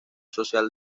social